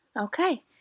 Okay